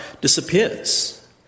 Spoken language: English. disappears